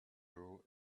rule